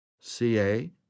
CA